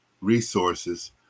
resources